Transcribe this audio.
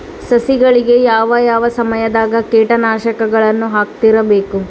ಸಸಿಗಳಿಗೆ ಯಾವ ಯಾವ ಸಮಯದಾಗ ಕೇಟನಾಶಕಗಳನ್ನು ಹಾಕ್ತಿರಬೇಕು?